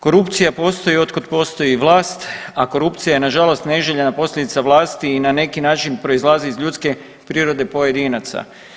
Korupcija postoji od kad postoji vlast, a korupcija je nažalost neželjena posljedica vlasti i na neki način proizlazi iz ljudske prirode pojedinaca.